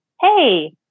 hey